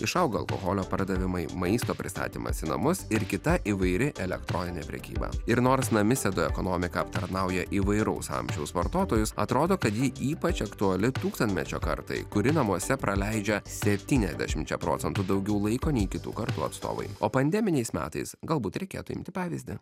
išauga alkoholio pardavimai maisto pristatymas į namus ir kita įvairi elektroninė prekyba ir nors namisėdų ekonomika aptarnauja įvairaus amžiaus vartotojus atrodo kad ji ypač aktuali tūkstantmečio kartai kuri namuose praleidžia septyniasdešimčia procentų daugiau laiko nei kitų kartų atstovai o pandeminiais metais galbūt reikėtų imti pavyzdį